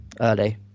early